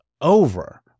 over